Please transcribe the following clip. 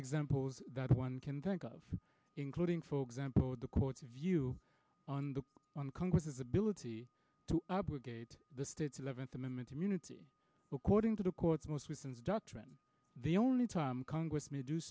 examples that one can think of including for example the court's view on the on congress's ability to abrogate the state's eleventh amendment immunity according to the court's most recent doctrine the only time congress may do